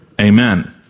amen